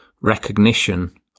recognition